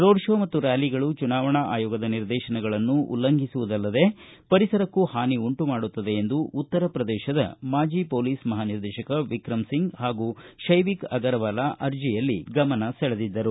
road ಕೋ ಮತ್ತು ರ್ಕಾಲಿಗಳು ಚುನಾವಣಾ ಆಯೋಗದ ನಿರ್ದೇಶನಗಳನ್ನು ಉಲ್ಲಂಘಿಸುವುದಲ್ಲದೆ ಪರಿಸರಕ್ಕೂ ಹಾನಿ ಉಂಟು ಮಾಡುತ್ತದೆ ಎಂದು ಉತ್ತರ ಪ್ರದೇಶದ ಮಾಜಿ ಮೋಲೀಸ್ ಮಹಾ ನಿರ್ದೇಶಕ ವಿಕ್ರಮ್ ಸಿಂಗ್ ಹಾಗೂ ಶೈವಿಕ ಅಗರವಾಲ್ ಅರ್ಜಿಯಲ್ಲಿ ಗಮನ ಸೆಳೆದಿದ್ದರು